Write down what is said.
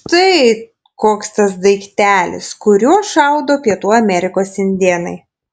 štai koks tas daiktelis kuriuo šaudo pietų amerikos indėnai